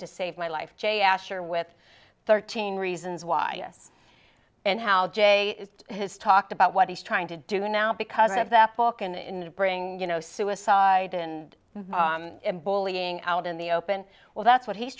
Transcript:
to save my life jay asher with thirteen reasons why and how jay has talked about what he's trying to do now because of that balkan in bring you know suicide and him bullying out in the open well that's what he's